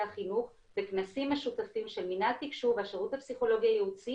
החינוך בכנסים משותפים של מנהל תקשוב והשירות הפסיכולוגי הייעוצי